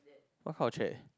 what kind of chair